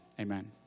Amen